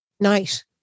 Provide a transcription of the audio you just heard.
night